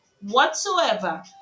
whatsoever